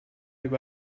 über